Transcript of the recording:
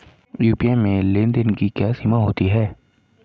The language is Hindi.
यू.पी.आई में लेन देन की क्या सीमा होती है?